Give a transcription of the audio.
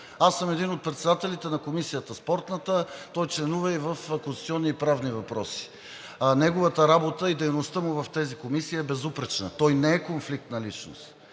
Аз съм един от председателите – на Спортната комисия, той членува в Конституционни и правни въпроси. Неговата работа и дейността му в тези комисии е безупречна. Той не е конфликтна личност.